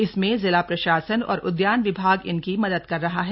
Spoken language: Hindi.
इसमें जिला प्रशासन और उद्यान विभाग इनकी मदद कर रहा है